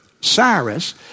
Cyrus